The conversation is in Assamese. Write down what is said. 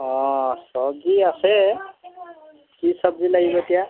অঁ চবজি আছে কি চবজি লাগিব এতিয়া